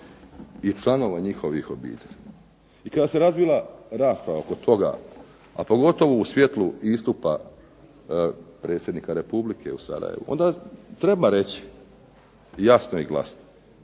i članova njihovih obitelji i kada se razvila rasprava oko toga, a pogotovo u svjetlu istupa predsjednika Republike u Sarajevu onda treba reći jasno i glasno